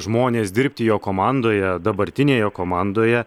žmonės dirbti jo komandoje dabartinėj jo komandoje